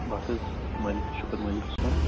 بَس حظ مٲلِکہ شُکُر مٲلِکَس کُن